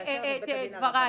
בג"ץ.